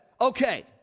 okay